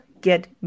get